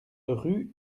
rue